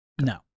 No